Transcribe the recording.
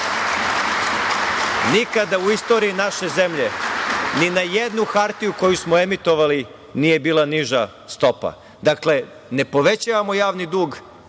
Nikada u istoriji naše zemlje ni na jednu hartiju koju smo emitovali nije bila niža stopa. Dakle, ne povećavamo javni dug,